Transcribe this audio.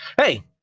Hey